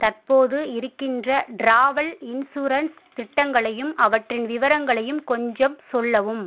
தற்போது இருக்கின்ற travel insurance திட்டங்களையும் அவற்றின் விவரங்களையும் கொஞ்சம் சொல்லவும்